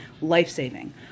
life-saving